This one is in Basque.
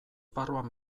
barruan